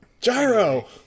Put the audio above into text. Gyro